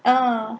uh